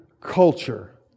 culture